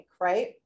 right